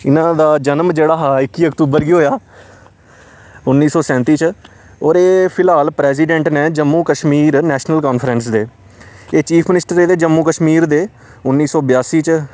इना दा जनम जेह्ड़ा हा इक्की अक्तूबर गी होएआ उन्नी सौ सैंती च होर एह् फिलहाल प्रैसिडेंट न जम्मू कश्मीर नैशनल कांफ्रैंस दे एह् चीफ मिनिस्टर रेह्दे जम्मू कश्मीर दे उन्नी सौ ब्यासी च